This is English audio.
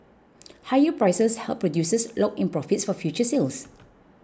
higher prices help producers lock in profits for future sales